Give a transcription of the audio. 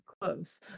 close